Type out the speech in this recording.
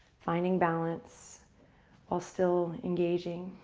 finding balance while still engaging.